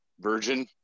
virgin